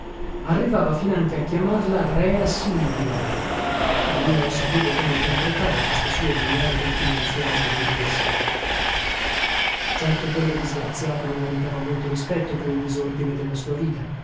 arrivava finanche a chiamarla rea silvia e io non sapevo come interpretare queste sue maniere confidenziali e burlesche certo quella disgraziata non meritava molto rispetto per il disordine della sua vita